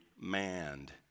manned